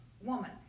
woman